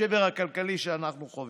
השבר הכלכלי שאנחנו חווים.